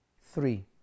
three